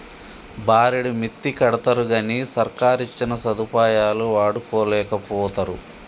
బారెడు మిత్తికడ్తరుగని సర్కారిచ్చిన సదుపాయాలు వాడుకోలేకపోతరు